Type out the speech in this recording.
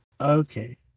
Okay